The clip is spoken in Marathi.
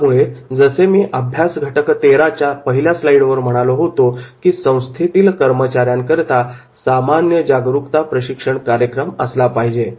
त्यामुळे जसे मी अभ्यास घटक तेरा च्या पहिल्या स्लाइडवर म्हणालो होतो की संस्थेतील कर्मचाऱ्यांकरिता सामान्य जागरुकता प्रशिक्षण कार्यक्रम असला पाहिजे